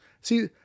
See